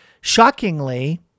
shockingly